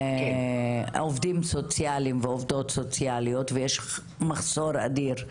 עובדות ועובדים סוציאליים ויש מחסור אדיר.